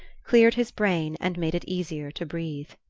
cleared his brain and made it easier to breathe.